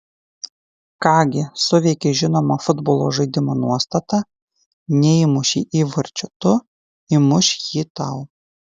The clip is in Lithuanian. ką gi suveikė žinoma futbolo žaidimo nuostata neįmušei įvarčio tu įmuš jį tau